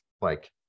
Like-